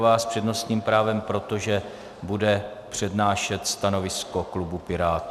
S přednostním právem, protože bude přednášet stanovisko klubu Pirátů.